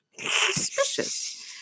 Suspicious